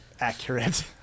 accurate